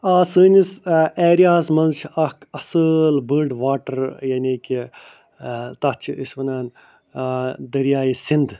آ سٲنِس اٮ۪رِیاہَس منٛز چھِ اَکھ اصۭل بٔڑ واٹَر یعنی کہ تَتھ چھِ أسۍ وَنان دٔریاے سِنٛد